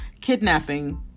kidnapping